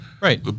Right